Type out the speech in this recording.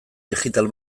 digital